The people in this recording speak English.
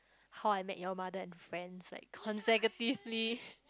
How-I-Met-Your-Mother and Friends like consecutively